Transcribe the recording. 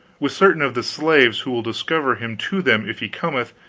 with certain of the slaves who will discover him to them if he cometh,